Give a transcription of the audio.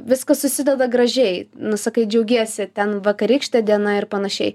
viskas susideda gražiai nu sakai džiaugiesi ten vakarykšte diena ir panašiai